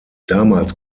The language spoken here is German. damals